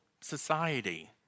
society